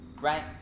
right